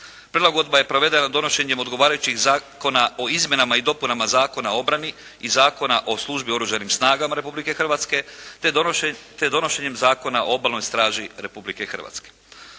Prilagodba je provedena donošenjem odgovarajućih zakona o izmjenama i dopunama Zakona o obrani i Zakona o službi u Oružanim snagama Republike Hrvatske, te donošenjem Zakona o Obalnoj straži Republike Hrvatske.